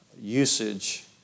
usage